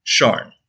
Sharn